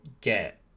get